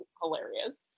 hilarious